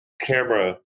camera